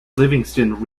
livingston